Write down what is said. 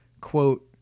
quote